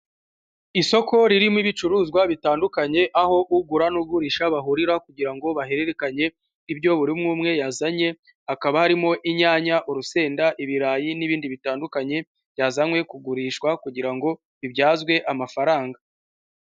Isoko ririmo ibicuruzwa bitandukanye, aho ugura n'ugurisha bahurira kugira ngo bahererekanye ibyo buri umwe umwe yazanye, hakaba harimo inyanya, urusenda, ibirayi n'ibindi bitandukanye, byazanywe kugurishwa kugira ngo bibyazwe amafaranga.